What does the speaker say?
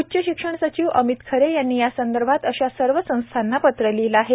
उच्च शिक्षण सचिव अमित खरे यांनी यासंदर्भात अशा सर्व संस्थांना पत्र लिहिलं आहे